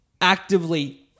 actively